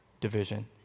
division